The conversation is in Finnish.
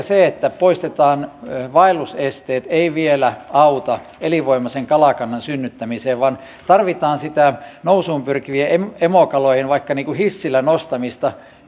se että poistetaan vaellusesteet ei vielä auta elinvoimaisen kalakannan synnyttämiseen vaan tarvitaan sitä nousuun pyrkivien emokalojen vaikka hissillä nostamista